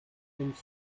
mêmes